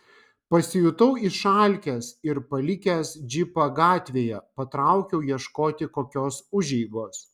pasijutau išalkęs ir palikęs džipą gatvėje patraukiau ieškoti kokios užeigos